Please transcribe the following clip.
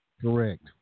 Correct